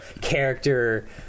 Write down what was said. character